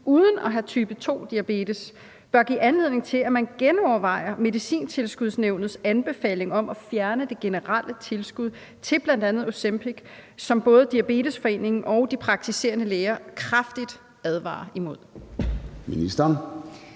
uden at have type 2-diabetes, bør give anledning til, at man genovervejer Medicintilskudsnævnets anbefaling om at fjerne det generelle tilskud til bl.a. Ozempic, som både Diabetesforeningen og de praktiserende læger kraftigt advarer imod? Kl.